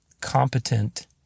competent